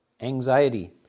anxiety